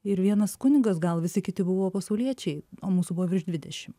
ir vienas kunigas gal visi kiti buvo pasauliečiai o mūsų buvo virš dvidešimt